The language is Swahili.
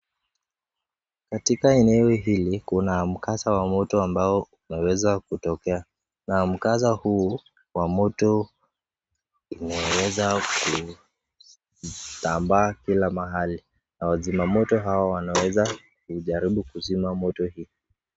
Katika eneo hili kuna mkasa wa moto ambao umeweza kutokea na mkasa huu wa moto imeweza kusambaa kila mahali na wazimamoto hao wanaweza kujaribu kuzima moto hii.